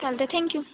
चालत आहे थँक्यू